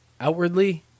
Outwardly